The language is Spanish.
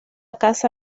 casa